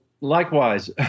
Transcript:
Likewise